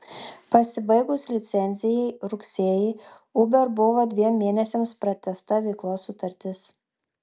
pasibaigus licencijai rugsėjį uber buvo dviem mėnesiams pratęsta veiklos sutartis